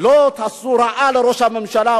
לא תעשו רעה לראש הממשלה,